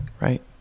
right